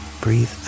breathe